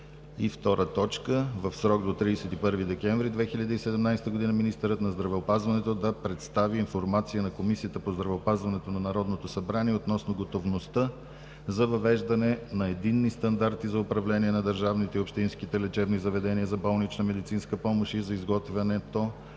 помощ. 2. В срок до 31 декември 2017 г. министърът на здравеопазването да представи информация на Комисията по здравеопазването на Народното събрание относно готовността за въвеждане на единни стандарти за управление на държавните и общинските лечебни заведения за болнична медицинска помощ и за изготвянето